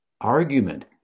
argument